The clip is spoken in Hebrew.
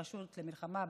הרשות למלחמה בסמים,